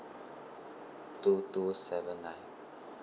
two two seven nine